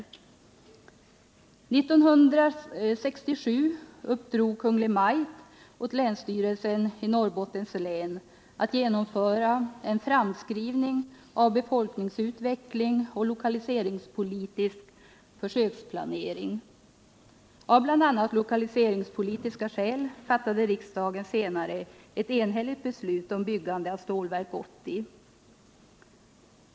1967 uppdrog Kungl. Maj:t åt länsstyrelsen i Norrbottens län att genomföra en framskrivning av befolkningsutveckling och lokaliseringspolitisk försöksplanering. Av bl.a. lokaliseringspolitiska skäl fattade riksdagen senare ett enhälligt beslut om byggande av Stålverk 80.